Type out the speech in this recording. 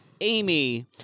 Amy